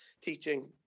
teaching